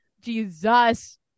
Jesus